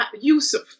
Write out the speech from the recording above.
Yusuf